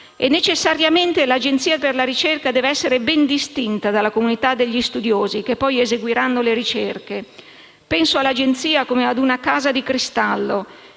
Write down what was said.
Necessariamente, l'Agenzia per la ricerca deve essere ben distinta dalla comunità degli studiosi che poi eseguiranno le ricerche. Penso all'Agenzia come ad una casa di cristallo